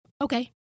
okay